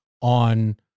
on